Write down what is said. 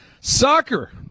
soccer